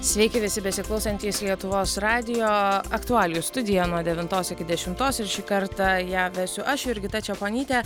sveiki visi besiklausantys lietuvos radijo aktualijų studija nuo devintos iki dešimtos ir šį kartą ją vesiu aš jurgita čeponytė